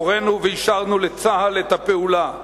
הורינו ואישרנו לצה"ל את הפעולה.